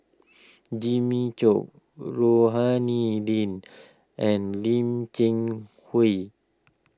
Jimmy Chok Rohani Lim and Lim Cheng Hoe